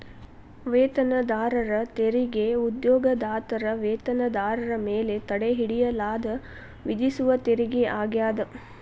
ವೇತನದಾರರ ತೆರಿಗೆ ಉದ್ಯೋಗದಾತರ ವೇತನದಾರರ ಮೇಲೆ ತಡೆಹಿಡಿಯಲಾದ ವಿಧಿಸುವ ತೆರಿಗೆ ಆಗ್ಯಾದ